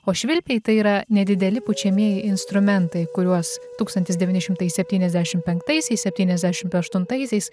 o švilpiai tai yra nedideli pučiamieji instrumentai kuriuos tūkstantis devyni šimtai septyniasdešim penktaisiais septyniasdešim aštuntaisiais